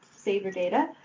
save your data.